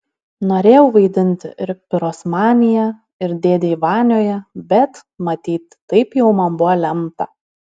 norėjau vaidinti ir pirosmanyje ir dėdėj vanioje bet matyt taip jau man buvo lemta